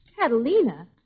Catalina